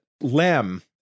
Lem